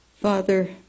Father